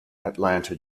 atlanta